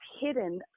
hidden